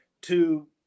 to-